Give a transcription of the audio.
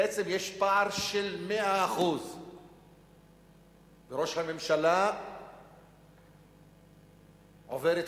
בעצם יש פער של 100%. וראש הממשלה עובר את